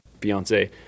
Beyonce